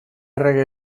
errege